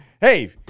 Hey